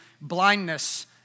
blindness